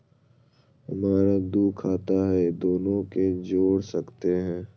हमरा दू खाता हय, दोनो के जोड़ सकते है?